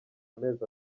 amezi